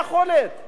באים ואומרים: אוקיי,